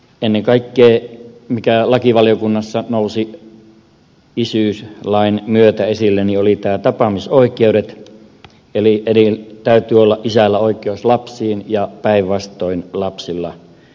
ennen kaikkea mikä lakivaliokunnassa nousi isyyslain myötä esille olivat tapaamisoikeudet eli täytyy olla isällä oikeus lapsiin ja päinvastoin lapsilla isään